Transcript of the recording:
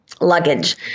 luggage